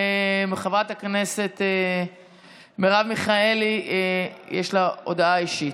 לחברת הכנסת מרב מיכאלי יש הודעה אישית.